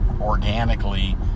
organically